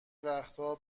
وقتها